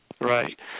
Right